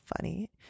funny